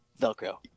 Velcro